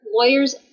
lawyers